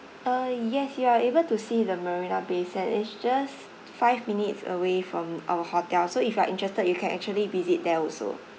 uh yes you are able to see the marina bay sands it's just five minutes away from our hotel so if you are interested you can actually visit there also